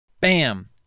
bam